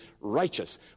righteous